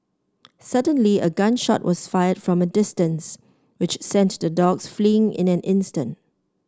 suddenly a gun shot was fired from a distance which sent the dogs fleeing in an instant